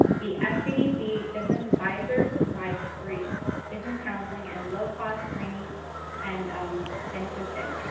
the sbdc business advisors provide free business counseling and low-cost training and and assistance.